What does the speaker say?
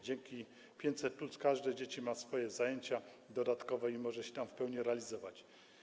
Dzięki 500+ każde z dzieci ma swoje zajęcia dodatkowe i może się tam w pełni realizować.